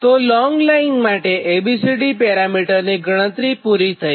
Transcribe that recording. તો long line માટે A B C D પેરામિટરની ગણતરી પુરી થઈ